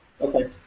Okay